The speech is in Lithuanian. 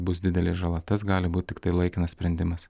bus didelė žala tas gali būt tiktai laikinas sprendimas